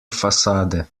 fassade